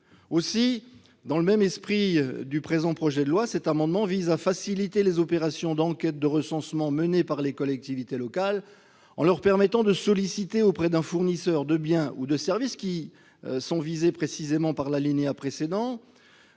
... Dans le même esprit que ce projet de loi, cet amendement vise à faciliter les opérations d'enquête de recensement menées par les collectivités locales en leur permettant de solliciter auprès d'un fournisseur de biens ou de services la communication des informations nécessaires